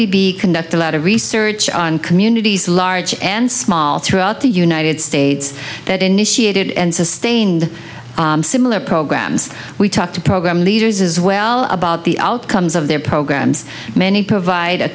d b conduct a lot of research on communities large and small throughout the united states that initiated and sustained similar programs we talk to program leaders as well about the outcomes of their programs many provide a